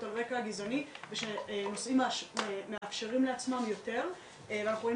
על רקע גזעני ושנוסעים מאפשרים לעצמם יותר ואנחנו רואים